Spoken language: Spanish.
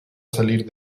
salir